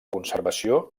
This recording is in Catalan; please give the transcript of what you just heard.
conservació